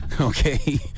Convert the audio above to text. okay